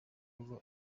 rover